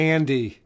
Andy